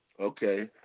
Okay